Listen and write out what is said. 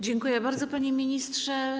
Dziękuję bardzo, panie ministrze.